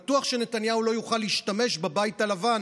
בטוח שנתניהו לא יוכל להשתמש בבית הלבן